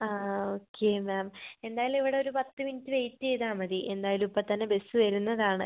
ആ okay ma'am എന്തായാലും ഇവിടെ ഒരു പത്ത് മിനിറ്റ് വെയിറ്റ് ചെയ്താൽ മതി എന്തായാലും ഇപ്പം തന്നെ ബസ് വരുന്നതാണ്